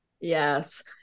Yes